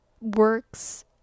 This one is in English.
works